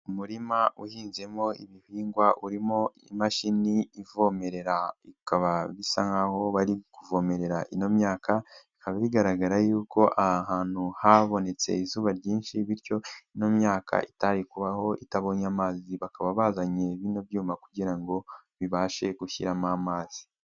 Umurima uhinzemo ibihingwa urimo imashini ivomerera bikaba bisa nk'aho bari kuvomerera iyo myaka, bikaba bigaragara yuko aha hantu habonetse izuba ryinshi, bityo ino myaka itari kubaho itabonye amazi, bakaba bazanye bino byuma kugira ngo bibashe gushyiramo amazi.